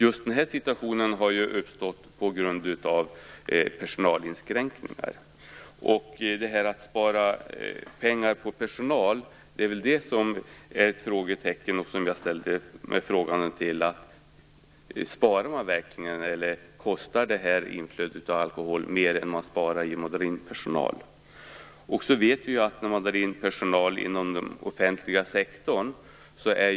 Just den här situationen har uppstått på grund av personalinskränkningar. Och jag ställde mig frågande till om det är möjligt att spara pengar på personal: Sparar man verkligen, eller kostar inflödet av alkohol mer än man sparar genom att dra in personal? Vi vet att besparingen är mycket liten när man drar in personal inom den offentliga sektorn.